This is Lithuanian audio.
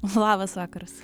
labas vakaras